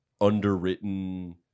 underwritten